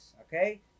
okay